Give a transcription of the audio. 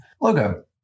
logo